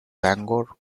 bangor